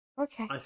Okay